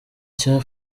cya